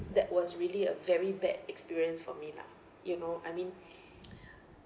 that was really a very bad experience for me lah you know I mean